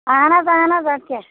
اَہَن حظ اَہَن حظ اَدٕ کیٛاہ